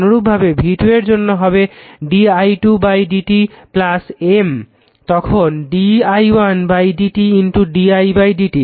অনুরূপভাবে v2 এর জন্য হবে di2 by dt M তখন d i1 dt d i dt